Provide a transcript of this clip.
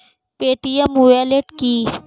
Paytm wallet কি?